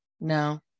no